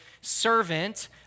servant